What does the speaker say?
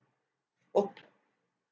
ok